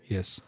Yes